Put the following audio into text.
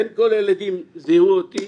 בין כל הילדים זיהו אותי,